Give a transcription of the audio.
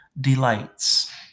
delights